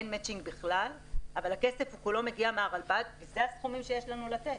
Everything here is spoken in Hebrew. אין מצ'ינג בכלל אבל הכסף כולו מגיע מהרלב"ד ואלה הסכומים שיש לנו לתת.